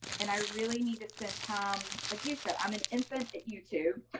and i really need to spend time like you said. i'm an infant at youtube.